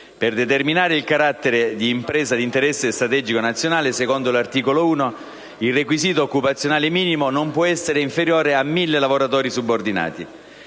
Per determinare il carattere di «impresa di interesse strategico nazionale», secondo l'articolo 1, il requisito occupazionale minimo non può essere inferiore a 1.000 lavoratori subordinati;